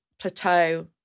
Plateau